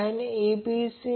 म्हणून √10 2 20 2